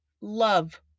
love